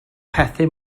pethau